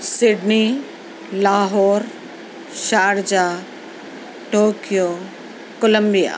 Sydney Lahore Sharjah Tokyo Colombia